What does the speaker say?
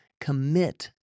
commit